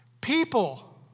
people